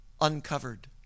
uncovered